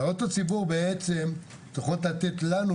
הערות הציבור צריכות לתת לנו